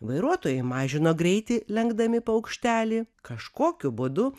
vairuotojai mažino greitį lenkdami paukštelį kažkokiu būdu